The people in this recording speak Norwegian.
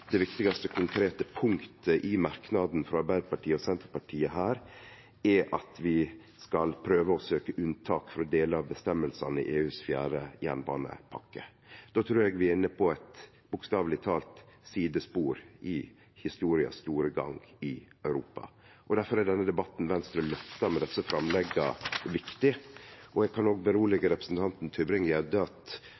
det viktigaste konkrete punktet i merknaden frå Arbeidarpartiet og Senterpartiet her er at vi skal prøve å søkje unntak frå delar av bestemmingane i den fjerde jernbanepakka til EU. Då trur eg vi bokstaveleg tala er inne på eit sidespor i historias store gang i Europa. Difor er den debatten som Venstre har løfta med desse framlegga, viktig. Eg kan